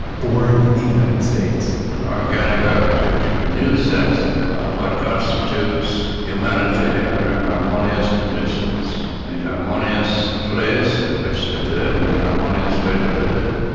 born in the united states an organic architecture, a new sense of what constitutes humanity under harmonious conditions, a harmonious place in which to live in a harmonious way to live in it.